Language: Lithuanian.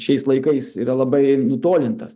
šiais laikais yra labai nutolintas